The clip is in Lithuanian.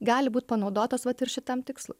gali būt panaudotos vat ir šitam tikslui